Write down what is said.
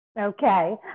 Okay